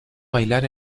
bailar